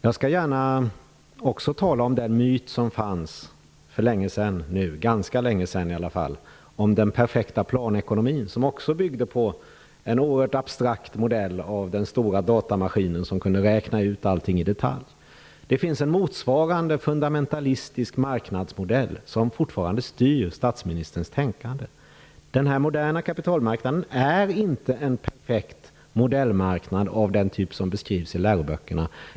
Jag skall gärna tala om den myt som fanns för ganska länge sedan om den perfekta planekonomin, som också byggde på en oerhört abstrakt modell av den stora datamaskinen som kunde räkna ut allting i detalj. Det finns en motsvarande fundamentalistisk marknadsmodell som fortfarande styr statsministerns tänkande. Den moderna kapitalmarknaden är inte en perfekt modellmarknad av den typ som beskrivs i läroböckerna.